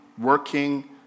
working